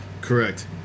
correct